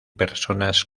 personas